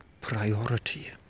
priority